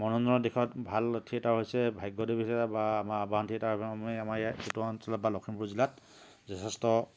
মনোৰঞ্জনৰ দিশত ভাল থিয়েটাৰ হৈছে ভাগ্যদেৱী থিয়েটাৰ বা আমাৰ আৱাহন থিয়েটাৰ আমাৰ ইয়াত এইটো অঞ্চলত বা লখিমপুৰ জিলাত যথেষ্ট